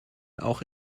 auch